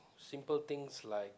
simple things like